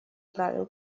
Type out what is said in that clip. правил